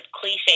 cliche